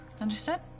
Understood